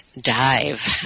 Dive